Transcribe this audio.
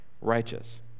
righteous